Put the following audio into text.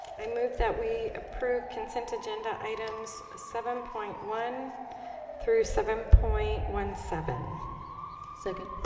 i move that we approved consent agenda items seven point one thru seven point one seven second